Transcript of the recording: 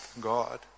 God